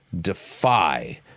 defy